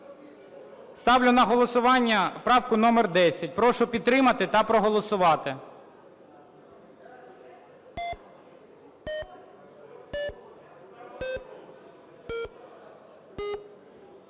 Ставлю на голосування правку номер 10. Прошу підтримати та проголосувати.